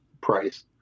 price